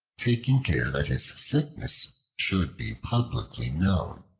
taking care that his sickness should be publicly known.